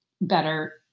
better